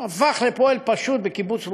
הפך לפועל פשוט בקיבוץ רוחמה,